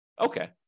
Okay